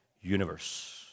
universe